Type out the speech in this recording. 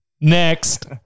next